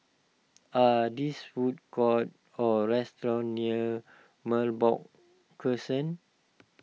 are this food courts or restaurants near Merbok Crescent